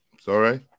Sorry